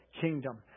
kingdom